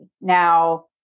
Now